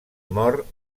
mor